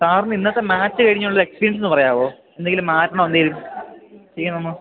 സാറിന് ഇന്നത്തെ മേച്ച് കഴിഞ്ഞുള്ള എക്സ്പീരിയൻസ് ഒന്നു പറയാമോ എന്തെങ്കിലും മാറ്റണോ എന്തെങ്കിലും ചെയ്യണോയെന്ന്